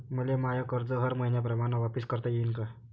मले माय कर्ज हर मईन्याप्रमाणं वापिस करता येईन का?